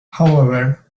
however